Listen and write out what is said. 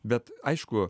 bet aišku